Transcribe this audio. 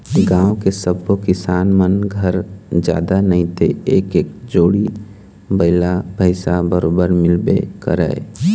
गाँव के सब्बो किसान मन घर जादा नइते एक एक जोड़ी बइला भइसा बरोबर मिलबे करय